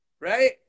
right